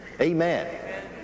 amen